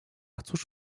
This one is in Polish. cóż